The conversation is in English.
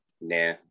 Nah